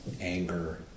anger